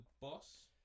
Boss